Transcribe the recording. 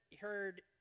heard